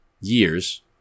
years